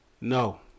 No